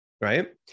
right